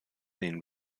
sehen